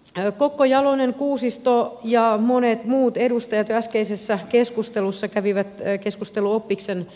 ensinnäkin kokko jalonen kuusisto ja monet muut edustajat jo äskeisessä keskustelussa kävivät keskustelua oppiksen